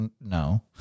No